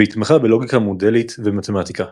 והתמחה בלוגיקה מודלית ומתמטיקה.